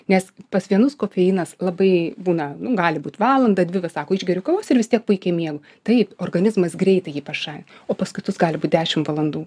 nes pas vienus kofeinas labai būna nu gali būt valandą dvi va sako išgeriu kavos ir vis tiek puikiai miegu taip organizmas greitai ji pašalina o pas kitus gali būt dešim valandų